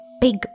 big